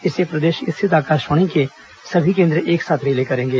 इसे प्रदेश स्थित आकाशवाणी के सभी केंद्र एक साथ रिले करेंगे